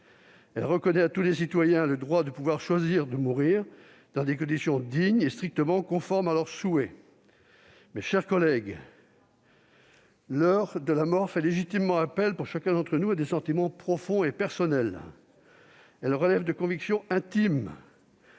texte reconnaît à tous les citoyens le droit de pouvoir choisir de mourir dans des conditions dignes et strictement conformes à leurs souhaits. Mes chers collègues, l'heure de la mort fait légitimement appel pour chacun d'entre nous à des sentiments profonds et personnels, à des convictions intimes.